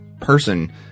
person